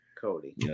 Cody